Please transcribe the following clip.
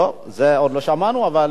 המתחדשת, טוב, זה עוד לא שמענו, אבל